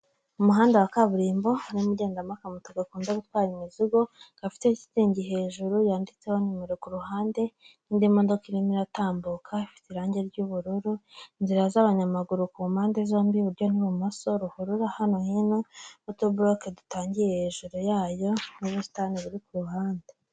Umuhanda wa kaburimbo urimo ugendamo akamoto gakunda gutwara imizigo gafite shitingi hejuru, yanditseho nimero ku ruhande indi imodoka irimo iratambuka, ifite irangi ry'ubururu inzira z'abanyamaguru, kumpande zombi iburyo n'ibumoso, ruhurura hano hino n'utuboloke dutangiye hejuru yayo, mu busitani buri ku ruhande.